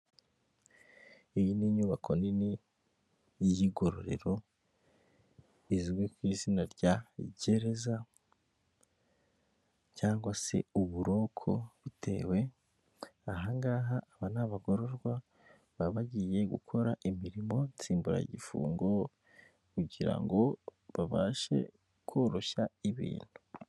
Iyi ni inyubako nini y'igororero izwi ku izina rya gereza cyangwa se uburoko butewe aha ngaha aba n'abagororwa baba bagiye gukora imirimo nsimburagifungo kugira ngo babashe koroshya ibintu.